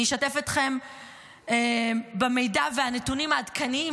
אני אשתף אתכם במידע ובנתונים העדכניים